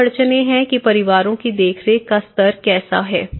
कुछ अड़चनें हैं कि परिवारों की देखरेख का स्तर कैसा है